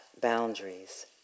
boundaries